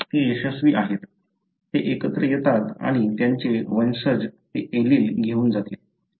ते यशस्वी आहेत ते एकत्र येतात आणि त्यांचे वंशज ते एलील घेऊन जातील